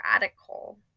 radical